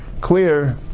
clear